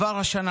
כבר השנה,